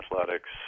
athletics